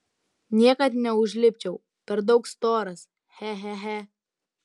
niekad neužlipčiau per daug storas che che che